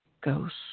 ghosts